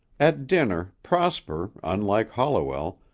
at dinner, prosper, unlike holliwell,